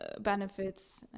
benefits